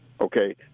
okay